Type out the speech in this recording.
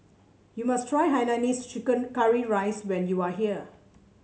you must try Hainanese Chicken Curry Rice when you are here